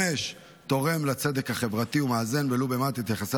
5. הוא תורם לצדק החברתי ומאזן ולו במעט את יחסי